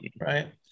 right